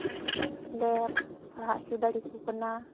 ᱞᱮ ᱯᱟᱲᱦᱟᱜ ᱦᱚᱪᱚ ᱫᱟᱲᱮ ᱟᱠᱚ ᱠᱟᱱᱟ